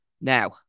Now